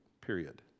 period